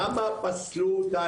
למה פסלו אותה?